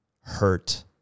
hurt